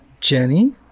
Jenny